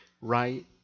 right